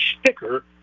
sticker